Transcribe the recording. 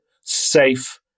safe